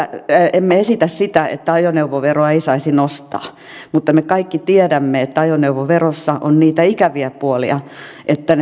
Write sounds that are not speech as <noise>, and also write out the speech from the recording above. emme esitä sitä että ajoneuvoveroa ei saisi nostaa mutta me kaikki tiedämme että ajoneuvoverossa on niitä ikäviä puolia että <unintelligible>